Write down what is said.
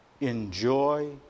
enjoy